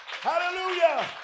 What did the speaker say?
Hallelujah